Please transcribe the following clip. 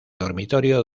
dormitorio